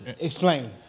Explain